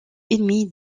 ennemis